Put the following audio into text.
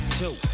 two